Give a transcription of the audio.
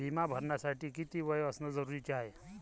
बिमा भरासाठी किती वय असनं जरुरीच हाय?